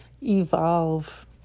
evolve